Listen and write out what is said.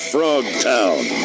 Frogtown